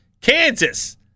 Kansas